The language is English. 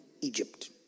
Egypt